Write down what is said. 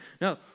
No